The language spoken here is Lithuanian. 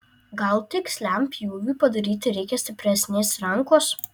gal tiksliam pjūviui padaryti reikia stipresnės rankos